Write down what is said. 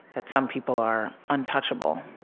that some people are untouchable.